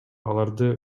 аларды